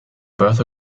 birth